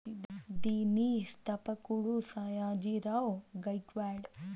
దీని స్థాపకుడు సాయాజీ రావ్ గైక్వాడ్